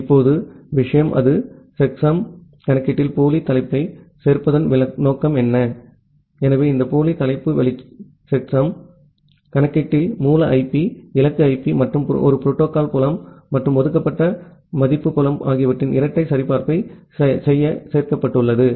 இப்போது விஷயம் அது செக்சம் கணக்கீட்டில் போலி தலைப்பைச் சேர்ப்பதன் நோக்கம் என்ன எனவே இந்த போலி தலைப்பு செக்சம் கணக்கீட்டில் மூல ஐபி இலக்கு ஐபி மற்றும் ஒரு புரோட்டோகால் புலம் மற்றும் ஒதுக்கப்பட்ட மதிப்பு புலம் ஆகியவற்றின் இரட்டை சரிபார்ப்பைச் செய்ய சேர்க்கப்பட்டுள்ளது